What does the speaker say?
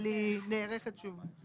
אבל היא נערכת שוב.